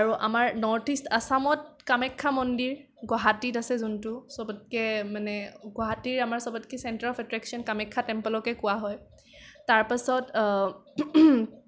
আৰু আমাৰ north east আসামত কামাখ্যা মন্দিৰ গুৱাহাটীত আছে যোনটো চবতকে মানে গুৱাহাটীৰ আমাৰ সবতকে চেন্টাৰ অফ এট্ৰেকচন কামাখ্যা টেম্প'লকে কোৱা হয় তাৰপিছত